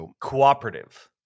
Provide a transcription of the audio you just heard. cooperative